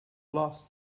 last